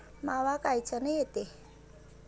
मावा कायच्यानं येते?